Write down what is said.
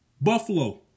Buffalo